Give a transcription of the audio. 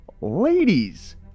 Ladies